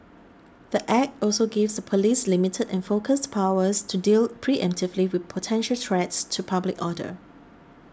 the act also gives the police limited and focused powers to deal preemptively with potential threats to public order